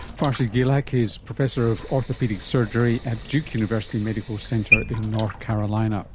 farshid guilak is professor of orthopaedic surgery at duke university medical center in north carolina.